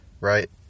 right